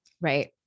Right